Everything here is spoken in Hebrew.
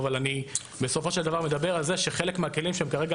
אבל אני בסופו של דבר מדבר על זה שחלק מהכלים שהם כרגע